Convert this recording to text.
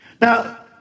Now